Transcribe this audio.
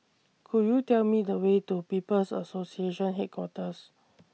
Could YOU Tell Me The Way to People's Association Headquarters